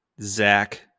Zach